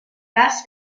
cas